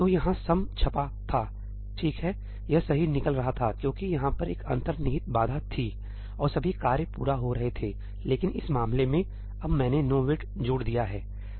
तो यहाँ सम छपा था ठीक है यह सही निकल रहा था क्योंकि यहाँ पर एक अंतर्निहित बाधा थी और सभी कार्य पूरा हो रहे थेलेकिन इस मामले में अब मैंने 'nowait' जोड़ दिया है